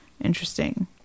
Interesting